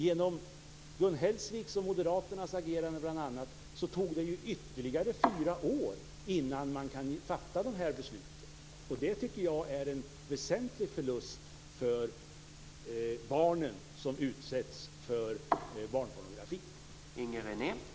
Genom bl.a. Gun Hellsviks och moderaternas agerande tar det ju ytterligare fyra år innan man kan fatta dessa beslut, och det är en väsentlig förlust för de barn som utnyttjas för barnpornografi.